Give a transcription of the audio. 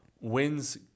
wins